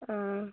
ആ